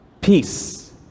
peace